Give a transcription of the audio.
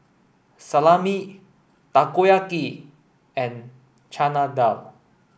Salami Takoyaki and Chana Dal